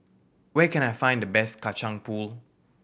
where can I find the best Kacang Pool